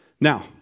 Now